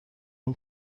این